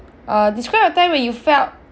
uh describe a time when you felt